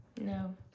No